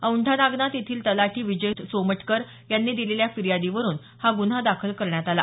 औंढा नागनाथ येथील तलाठी विजय सोमठकर यांनी दिलेल्या फिर्यादीवरून हा गुन्हा दाखल करण्यात आला